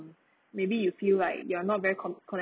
maybe you feel like you're not very con~ connected